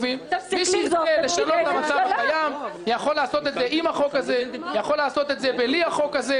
אפשר לעשות את זה בלי החוק הזה, אפשר עם החוק הזה.